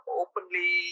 openly